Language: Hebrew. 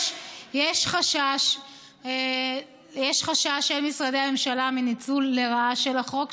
יש חשש של משרדי הממשלה מניצול לרעה של החוק,